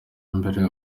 mbere